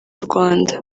rwanda